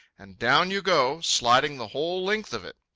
and down you go, sliding the whole length of it.